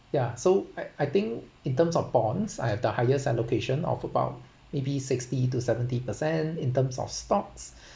ya so I I think in terms of bonds I have the highest allocation of about maybe sixty to seventy percent in terms of stocks